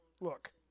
look